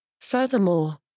Furthermore